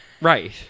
right